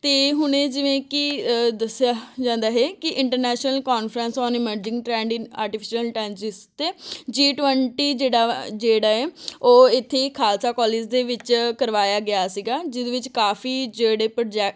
ਅਤੇ ਹੁਣੇ ਇਹ ਜਿਵੇਂ ਕਿ ਅ ਦੱਸਿਆ ਜਾਂਦਾ ਹੈ ਕਿ international conference on emerging trend in artificial intelligence 'ਤੇ ਜੀ ਟਵੈਂਟੀ ਜਿਹੜਾ ਜਿਹੜਾ ਆ ਉਹ ਇੱਥੇ ਖਾਲਸਾ ਕਾਲਜ ਦੇ ਵਿੱਚ ਕਰਵਾਇਆ ਗਿਆ ਸੀਗਾ ਜਿਹਦੇ ਵਿੱਚ ਕਾਫੀ ਜਿਹੜੇ ਪ੍ਰੋਜੈ